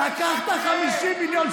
אתה משקר.